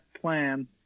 plan